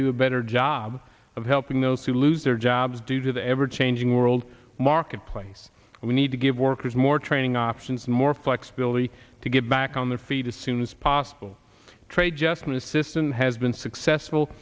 do a better job of helping those who lose their jobs due to the ever changing world marketplace we need to give workers more training options more flexibility to get back on their feet as soon as possible trade adjustment assistance has been successful